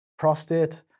Prostate